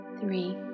three